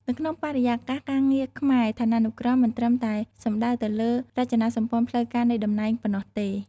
នៅក្នុងបរិយាកាសការងារខ្មែរ ឋានានុក្រមមិនត្រឹមតែសំដៅទៅលើរចនាសម្ព័ន្ធផ្លូវការនៃតំណែងប៉ុណ្ណោះទេ។